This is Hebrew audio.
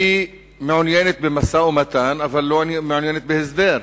היא מעוניינת במשא-ומתן אבל לא מעוניינת בהסדר.